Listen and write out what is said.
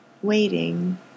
Waiting